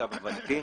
למיטב הבנתי.